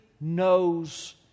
knows